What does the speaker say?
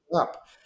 up